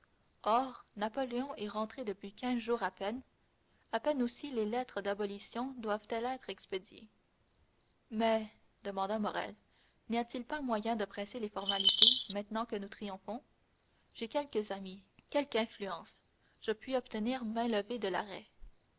napoléon est rentré depuis quinze jours à peine à peine aussi les lettres d'abolition doivent-elles être expédiées mais demanda morrel n'y a-t-il pas moyen de presser les formalités maintenant que nous triomphons j'ai quelques amis quelque influence je puis obtenir mainlevée de l'arrêt